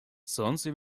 сонце